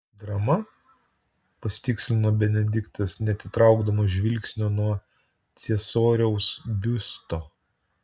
drama pasitikslino benediktas neatitraukdamas žvilgsnio nuo ciesoriaus biusto